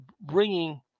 bringing